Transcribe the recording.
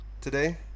today